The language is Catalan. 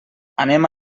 anem